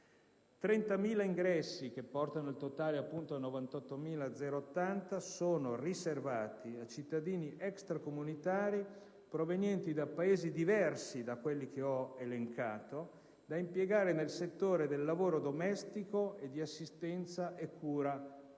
30.000 ingressi, che concorrono al totale di 98.080, sono riservati ai cittadini extracomunitari, provenienti da Paesi diversi da quelli che ho elencato, da impiegare nel settore del lavoro domestico e di assistenza e cura